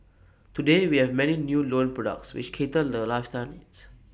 today we have many new loan products which cater lifestyle needs